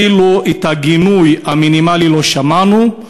אפילו את הגינוי המינימלי לא שמענו,